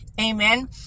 amen